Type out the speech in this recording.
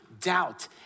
doubt